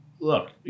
look